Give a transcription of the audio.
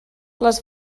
les